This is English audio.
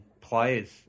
players